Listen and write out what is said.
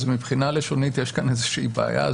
אז מבחינה לשונית יש כאן בעיה.